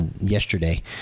yesterday